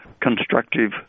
constructive